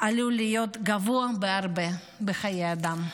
עלול להיות גבוה בהרבה בחיי אדם.